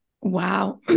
Wow